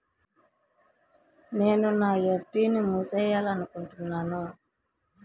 నేను నా ఎఫ్.డి ని మూసేయాలనుకుంటున్నాను